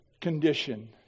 condition